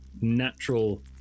natural